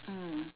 mm